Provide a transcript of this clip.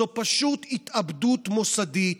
זאת פשוט התאבדות מוסדית